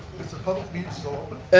the public meeting still